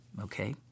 okay